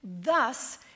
Thus